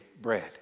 bread